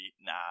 nah